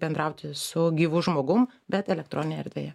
bendrauti su gyvu žmogum bet elektroninėj erdvėje